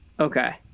Okay